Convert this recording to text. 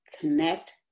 connect